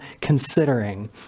considering